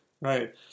Right